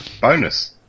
Bonus